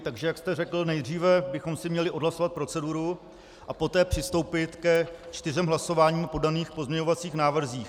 Jak jste řekl, nejdříve bychom si měli odhlasovat proceduru a poté přistoupit ke čtyřem hlasováním o daných pozměňovacích návrzích.